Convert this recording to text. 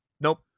Nope